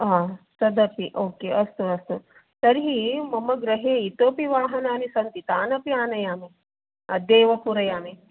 हा तदपि ओके अस्तु अस्तु तर्हि मम गृहे इतोपि वाहनानि सन्ति तानपि आनयामि अद्येव पूरयामि